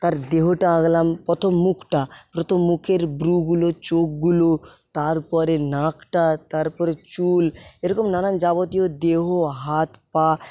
তার দেহটা আঁকলাম প্রথম মুখটা প্রথম মুখের ভ্রুগুলো চোখগুলো তারপরে নাকটা তারপরে চুল এরকম নানান যাবতীয় দেহ হাত পা